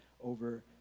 over